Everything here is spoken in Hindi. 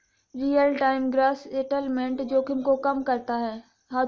रीयल टाइम ग्रॉस सेटलमेंट जोखिम को कम करता है